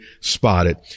spotted